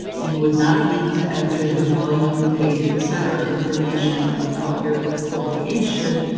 you would not need to enter the volume, page, et cetera, information about your publication,